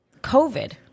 COVID